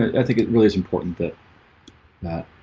i think it really is important that that